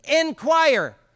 inquire